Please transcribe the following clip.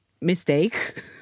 mistake